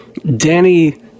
Danny